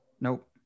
Nope